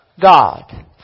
God